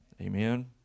amen